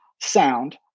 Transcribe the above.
sound